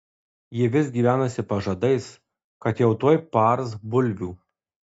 ji vis gyvenusi pažadais kad jau tuoj paars bulvių